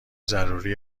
ضروری